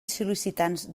sol·licitants